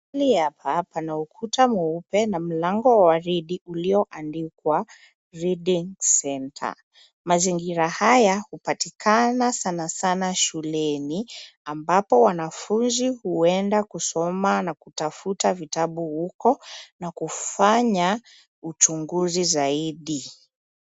Mahali hapa pana ukuta mweupe na mlango wa waridi ulioandikwa reading center . Mazingira haya hupatikana sanasana shuleni ambapo wanafunzi huenda kusoma na kutafuta vitabu huko na kufanya uchunguzi zaidi.